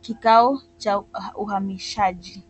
kikao cha uhamishaji.